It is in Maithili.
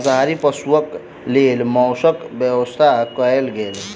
मांसाहारी पशुक लेल मौसक व्यवस्था कयल गेल